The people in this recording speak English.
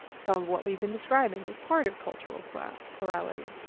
so what we've been describing is part of cultural but ah plurality.